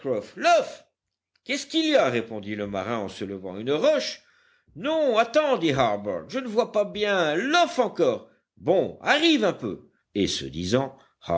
qu'est-ce qu'il y a répondit le marin en se levant une roche non attends dit harbert je ne vois pas bien lofe encore bon arrive un peu et ce disant